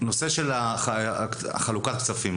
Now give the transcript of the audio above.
נושא של חלוקת הכספים,